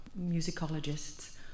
musicologists